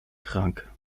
krank